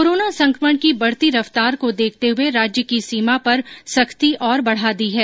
corona संकमण की बढ़ती रफ्तार को देखते हये राज्य की सीमा पर सख्ती और बढ़ा दी है